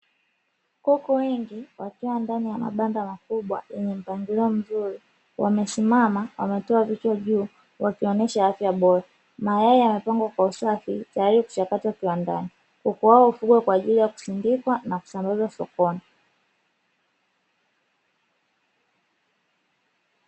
Kuku wengi wakiwa ndani ya mabanda makubwa yenye mpangilio mzuri, wamesimama wametoa vichwa juu, wakionyesha wenye afya bora , mayai yamepangwakwa usafi tayari kuchakatwa shambani, kuku hao wa kifugwa kwa ajili ya kusindikwa na kusambazwa sokoni.